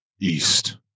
east